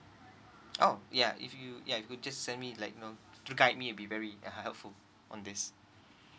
oh ya if you if you just send me like you know to guide me it'll be very helpful on this